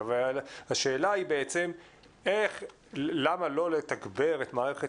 השאלה היא בעצם למה לא לתגבר את מערכת